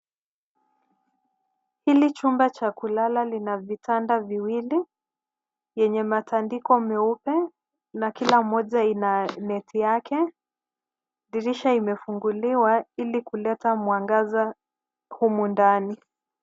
Hili chumba cha kulala lina vitanda viwili yenye matandiko meupe na kila moja ina neti yake. Dirisha imefunguliwa ili kuleta mwangaza humu ndani.